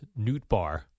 Newtbar